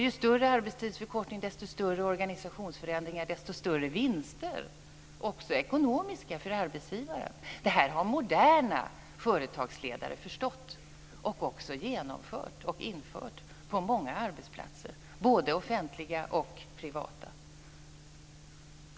Ju större arbetstidsförkortning desto större organisationsförändringar och större vinster, också ekonomiska, blir det för arbetsgivaren. Det här har moderna företagsledare förstått och också genomfört och infört på många arbetsplatser, både offentliga och privata.